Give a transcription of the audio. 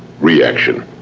reaction.